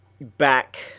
back